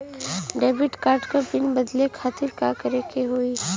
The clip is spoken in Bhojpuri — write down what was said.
डेबिट कार्ड क पिन बदले खातिर का करेके होई?